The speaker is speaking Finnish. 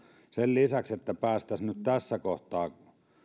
sen lisäksi että päästäisiin nyt tässä kohtaa